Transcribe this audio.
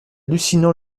hallucinant